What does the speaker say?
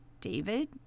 David